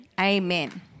Amen